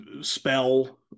spell